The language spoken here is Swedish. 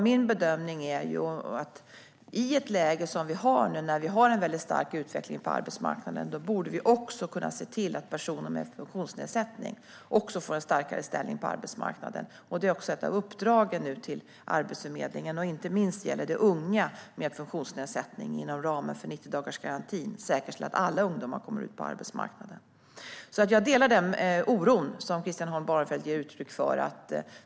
Min bedömning är att i ett läge som vi nu har med en väldigt stark utveckling på arbetsmarknaden borde vi också kunna se till att personer med funktionsnedsättning får en starkare ställning på arbetsmarknaden. Det är nu ett av uppdragen till Arbetsförmedlingen. Det gäller inte minst unga med funktionsnedsättning inom ramen för 90-dagarsgarantin och att säkerställa att alla unga kommer ut på arbetsmarknaden. Jag delar den oro som Christian Holm Barenfeld ger uttryck för.